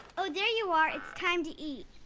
oh, there you are. it's time to eat.